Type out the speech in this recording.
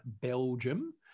belgium